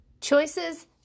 Choices